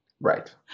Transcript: Right